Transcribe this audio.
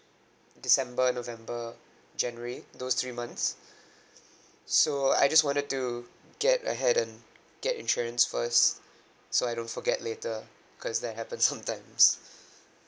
december november january those three months so I just wanted to get ahead and get insurance first so I don't forget later cause that happens sometimes